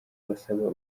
basaba